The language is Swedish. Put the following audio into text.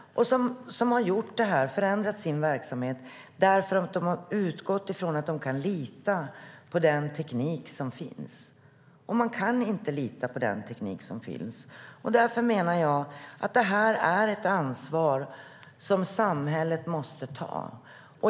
De har förändrat sin verksamhet därför att de har utgått från att de kan lita på den teknik som finns. Man kan inte lita på den teknik som finns. Därför menar jag att det här är ett ansvar som samhället måste ta.